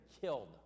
killed